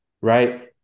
right